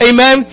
Amen